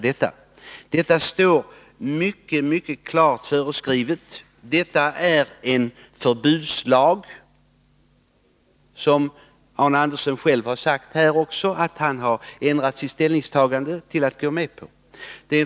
Det finns mycket klara föreskrifter. Detta är en förbudslag som ger möjlighet till viss dispens. Arne Andersson har också själv sagt att han ändrat sitt ställningstagande till att gå med på den.